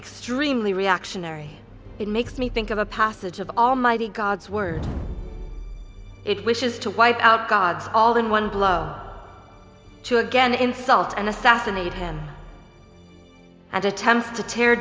extremely reactionary it makes me think of a passage of almighty god's word it wishes to wipe out god's all in one blow to again insult and assassinate him and attempt to tear